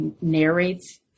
narrates